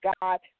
God